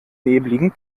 nebeligen